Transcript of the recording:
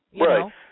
right